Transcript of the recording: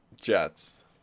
Jets